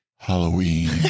Halloween